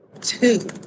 Two